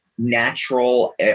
natural